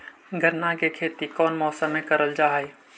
गन्ना के खेती कोउन मौसम मे करल जा हई?